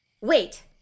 Wait